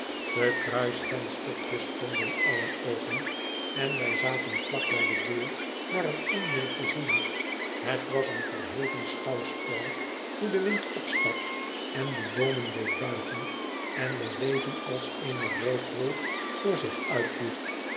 de kruis venstertjes stonden allen open en wij zaten vlak bij de deur naar het onweder te zien het was een verheven schouwspel hoe de wind opstak en de boomen deed buigen en den regen als eene rookwolk voor zich